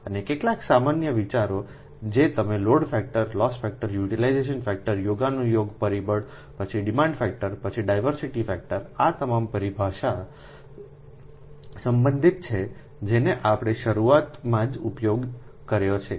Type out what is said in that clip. અને કેટલાક સામાન્ય વિચારો જે તમે load factor loss factor utilisation factor યોગાનુયોગ પરિબળ પછી ડિમાન્ડ ફેક્ટર પછી ડાયવર્સિટી ફેક્ટર આ તમામ પરિભાષા સંબંધિત છે જેનો આપણે શરૂઆતમાં જ ઉપયોગ કર્યો છે